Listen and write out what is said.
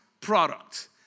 product